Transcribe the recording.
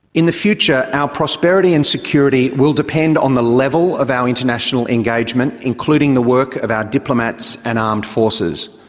in the future, our prosperity and security will depend on the level of our international engagement, including the work of our diplomats and armed forces.